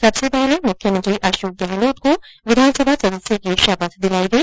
सबसे पहले मुख्यमंत्री अशोक गहलोत को विधानसभा सदस्य की शपथ दिलाई गई